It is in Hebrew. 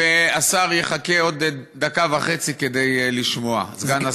והשר יחכה עוד דקה וחצי כדי לשמוע, סגן השר.